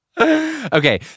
Okay